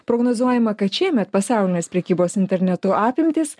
prognozuojama kad šiemet pasaulinės prekybos internetu apimtys